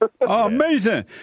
Amazing